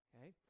okay